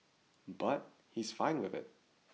but he's fine with it